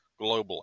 globally